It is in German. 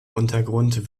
untergrund